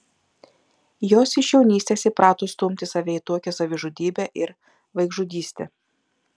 jos iš jaunystės įprato stumti save į tokią savižudybę ir vaikžudystę